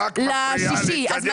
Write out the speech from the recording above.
אם כן,